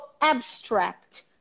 abstract